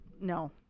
no